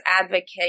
advocate